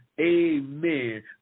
Amen